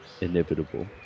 inevitable